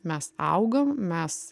mes augam mes